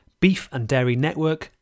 beefanddairynetwork